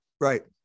right